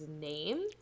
name